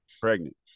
pregnant